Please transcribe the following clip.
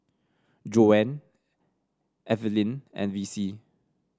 Joann Eveline and Vicy